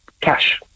cash